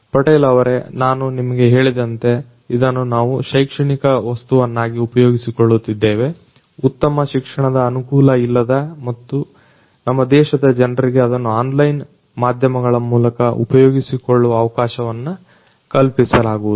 ಪಟೇಲ್ ಅವರೇ ನಾನು ನಿಮಗೆ ಹೇಳಿದಂತೆ ಇದನ್ನು ನಾವು ಶೈಕ್ಷಣಿಕ ವಸ್ತುವನ್ನು ಉಪಯೋಗಿಸಿಕೊಳ್ಳುತ್ತೇವೆ ಉತ್ತಮ ಶಿಕ್ಷಣದ ಅನುಕೂಲ ಇಲ್ಲದ ನಮ್ಮ ದೇಶದ ಜನರಿಗೆ ಇದನ್ನು ಆನ್ಲೈನ್ ಮಾಧ್ಯಮಗಳ ಮೂಲಕ ಉಪಯೋಗಿಸಿಕೊಳ್ಳುವ ಅವಕಾಶವನ್ನ ಕಲ್ಪಿಸಲಾಗುವುದು